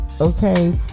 Okay